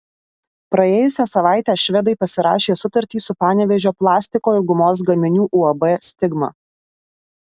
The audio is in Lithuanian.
praėjusią savaitę švedai pasirašė sutartį su panevėžio plastiko ir gumos gaminių uab stigma